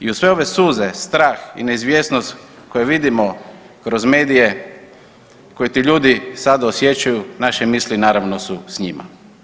I uz sve ove suze, strah i neizvjesnost koje vidimo kroz medije koji ti ljudi sad osjećaju naše misli naravno su s njima.